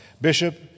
Bishop